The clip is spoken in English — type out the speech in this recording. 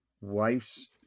wife's